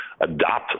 adopt